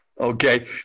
Okay